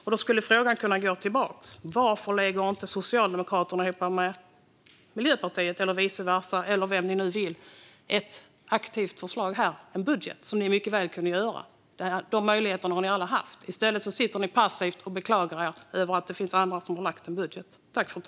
Frågan skulle kunna gå tillbaka: Varför lade inte Socialdemokraterna tillsammans med Miljöpartiet eller vilka ni nu ville fram ett aktivt budgetförslag? Det hade ni mycket väl kunnat göra. Den möjligheten har ni alla haft. I stället sitter ni passivt och beklagar er över att det finns andra som har lagt fram en budget.